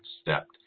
stepped